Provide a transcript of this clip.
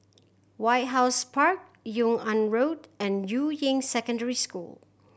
White House Park Yung An Road and Yuying Secondary School